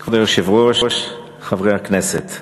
כבוד היושב-ראש, חברי הכנסת,